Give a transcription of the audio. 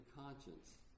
conscience